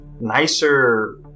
nicer